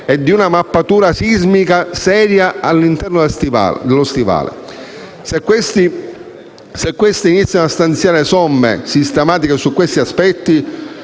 e di una mappatura sismica seria dell'intero Stivale. Se non iniziamo a stanziare somme sistematiche su questi aspetti,